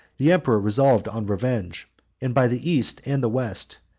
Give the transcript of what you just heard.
the emperor resolved on revenge and by the east, and the west,